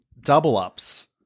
double-ups